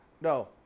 no